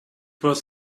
was